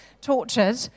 tortured